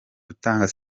gutanga